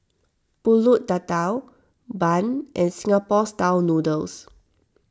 Pulut Tatal Bun and Singapore Style Noodles